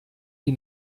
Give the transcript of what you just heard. die